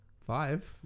Five